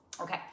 okay